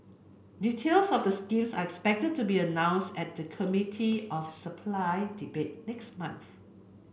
details of the scheme are expected to be announced at the Committee of Supply debate next month